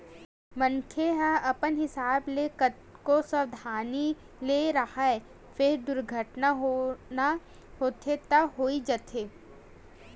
मनखे ह अपन हिसाब ले कतको सवधानी ले राहय फेर दुरघटना होना होथे त होइ जाथे